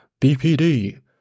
BPD